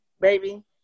Baby